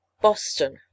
Boston